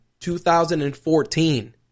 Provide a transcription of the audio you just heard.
2014